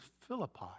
Philippi